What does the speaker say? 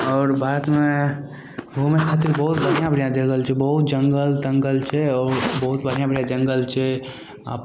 आओर बादमे घुमय खातिर बहुत बढ़िआँ बढ़िआँ जगल छै बहुत जङ्गल तङ्गल छै आओर बहुत बढ़िआँ जङ्गल छै आब